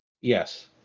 Yes